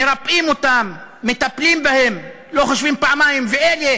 מרפאים אותם, מטפלים בהם, לא חושבים פעמיים, ואלה